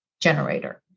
generator